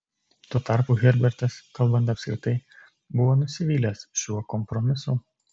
tuo tarpu herbertas kalbant apskritai buvo nusivylęs šiuo kompromisu